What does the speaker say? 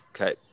Okay